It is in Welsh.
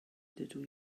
dydw